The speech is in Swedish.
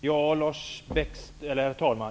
Herr talman!